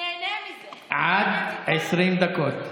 עד 20 דקות.